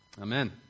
Amen